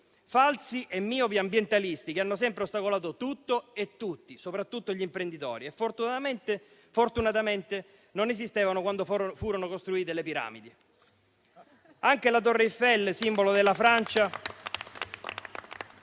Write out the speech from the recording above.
Falsi e miopi ambientalisti, che hanno sempre ostacolato tutto e tutti, soprattutto gli imprenditori. Fortunatamente non esistevano quando furono costruite le piramidi. Anche la Torre Eiffel, simbolo della Francia,